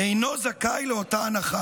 אינו זכאי לאותה הנחה.